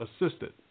Assisted